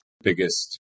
biggest